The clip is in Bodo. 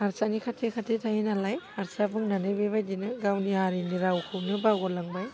हारसानि खाथि खाथि थायो नालाय हारसा बुंनानै बेबायदिनो गावनि हारिनि रावखौनो बावगारलांबाय